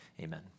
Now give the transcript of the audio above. Amen